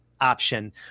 option